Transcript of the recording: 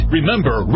Remember